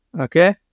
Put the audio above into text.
Okay